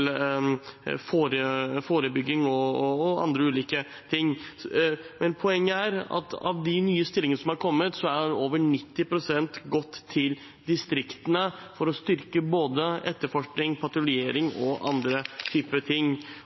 forebygging og andre oppgaver. Av de nye stillingene som er kommet, har over 90 pst. gått til distriktene for å styrke både etterforskning, patruljering og